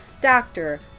doctor